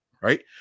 right